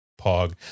pog